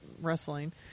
wrestling